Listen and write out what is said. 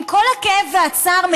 עם כל הכאב והצער,